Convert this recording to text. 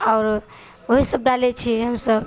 आओर ओएह सब डालैत छियै हमसब